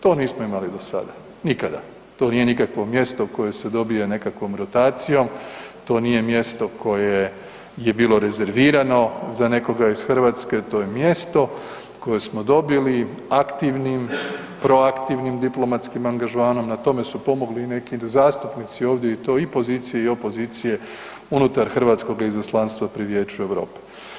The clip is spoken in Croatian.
To nismo imali do sada nikada, to nije nikakvo mjesto koje se dobije nekakvom rotacijom, to nije mjesto koje je bilo rezervirano za nekoga iz Hrvatske, to je mjesto koje smo dobili aktivnim, proaktivnim diplomatskim angažmanom, na tome su pomogli i neki zastupnici ovdje i to i pozicije i opozicije unutar hrvatskoga izaslanstava pri Vijeću Europe.